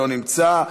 לא נמצא,